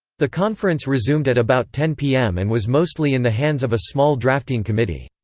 the conference resumed at about ten pm and was mostly in the hands of a small drafting committee.